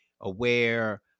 aware